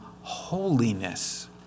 holiness